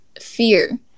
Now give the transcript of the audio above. fear